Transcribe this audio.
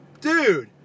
Dude